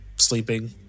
sleeping